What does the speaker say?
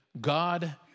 God